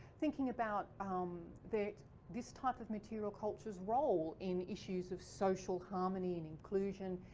thinking about um that this type of material cultures role in issues of social harmony and inclusion,